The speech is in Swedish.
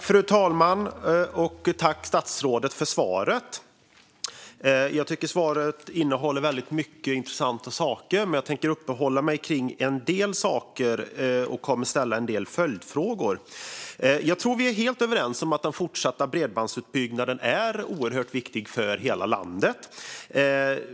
Fru talman! Tack, statsrådet, för svaret! Jag tycker att svaret innehåller många intressanta saker, men jag tänker uppehålla mig vid vissa av dem och kommer att ställa en del följdfrågor. Jag tror att vi är helt överens om att den fortsatta bredbandsutbyggnaden är oerhört viktig för hela landet.